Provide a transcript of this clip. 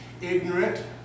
ignorant